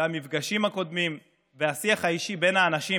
והמפגשים הקודמים, והשיח האישי בין האנשים